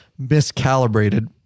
miscalibrated